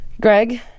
Greg